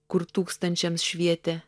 kur tūkstančiams švietė